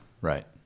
right